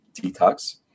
detox